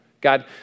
God